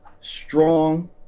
strong